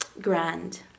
grand